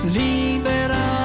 libera